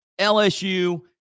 LSU